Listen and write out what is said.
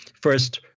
first